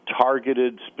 targeted